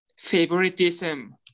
favoritism